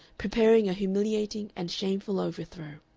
preparing a humiliating and shameful overthrow.